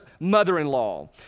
mother-in-law